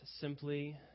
simply